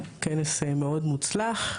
כנס מאוד מוצלח.